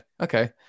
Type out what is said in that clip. Okay